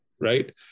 right